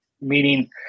meaning